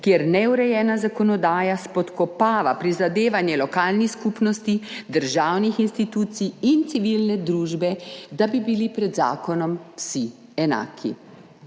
kjer neurejena zakonodaja spodkopava prizadevanje lokalnih skupnosti, državnih institucij in civilne družbe, da bi bili pred zakonom vsi enaki.